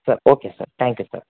sir okay sir thank you sir